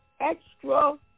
extra